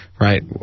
right